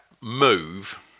move